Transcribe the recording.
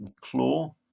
Claw